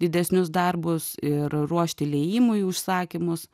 didesnius darbus ir ruošti liejimui užsakymus